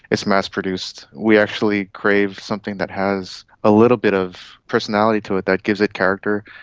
it's mass produced, we actually crave something that has a little bit of personality to it, that gives it character,